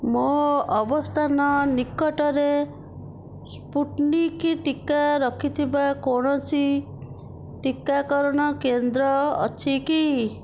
ମୋ ଅବସ୍ଥାନ ନିକଟରେ ସ୍ପୁଟନିକ୍ ଟିକା ରଖିଥିବା କୌଣସି ଟିକାକରଣ କେନ୍ଦ୍ର ଅଛି କି